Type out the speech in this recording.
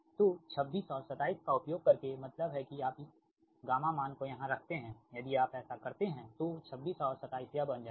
तो 26 और 27 का उपयोग करके मतलब है कि आप इस मान को यहां रखते हैंयदि आप ऐसा करते हैं तो 26 और 27 यह बन जाएगा